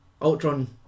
Ultron